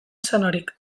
sanorik